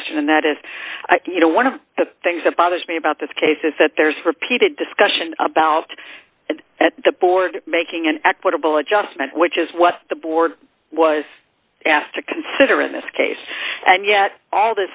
question and that is you know one of the things that bothers me about this case is that there's repeated discussion about it at the board making an equitable adjustment which is what the board was asked to consider in this case and yet all